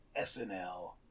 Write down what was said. SNL